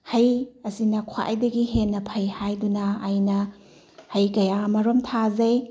ꯍꯩ ꯑꯁꯤꯅ ꯈ꯭ꯋꯥꯏꯗꯒꯤ ꯍꯦꯟꯅ ꯐꯩ ꯍꯥꯏꯗꯨꯅ ꯑꯩꯅ ꯍꯩ ꯀꯌꯥ ꯑꯃꯔꯣꯝ ꯊꯥꯖꯩ